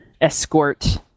escort